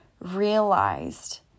realized